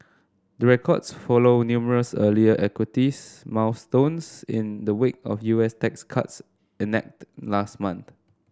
the records follow numerous earlier equities milestones in the wake of U S tax cuts enacted last month